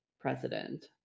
president